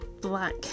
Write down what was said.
black